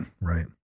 Right